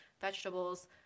vegetables